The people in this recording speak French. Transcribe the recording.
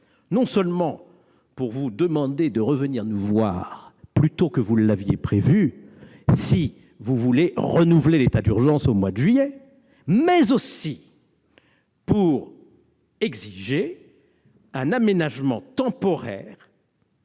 non seulement pour vous demander de revenir nous voir plus tôt que vous ne l'aviez prévu si vous voulez prolonger l'état d'urgence, mais aussi pour exiger un aménagement temporaire